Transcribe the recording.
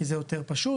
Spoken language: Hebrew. כי זה יותר פשוט.